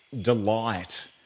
delight